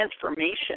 transformation